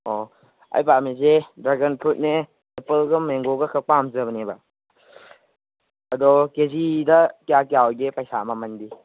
ꯑꯣ ꯑꯩ ꯄꯥꯝꯃꯤꯁꯤ ꯗ꯭ꯔꯦꯒꯟ ꯐ꯭ꯔꯨꯏꯠꯅꯦ ꯑꯦꯄꯜꯒ ꯃꯦꯡꯒꯣꯒ ꯈꯛ ꯄꯥꯝꯖꯕꯅꯦꯕ ꯑꯗꯣ ꯀꯦ ꯖꯤꯗ ꯀꯌꯥ ꯀꯌꯥ ꯑꯣꯏꯒꯦ ꯄꯩꯁꯥ ꯃꯃꯜꯗꯤ